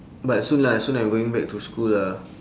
but soon lah soon I'm going back to school lah